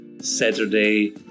Saturday